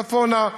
צפונה,